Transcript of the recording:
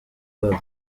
babo